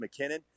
McKinnon